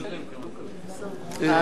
לא,